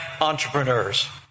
entrepreneurs